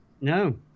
No